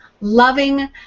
loving